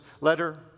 letter